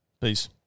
peace